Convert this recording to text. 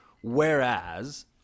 Whereas